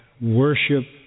worship